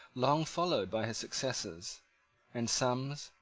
long followed by his successors and sums,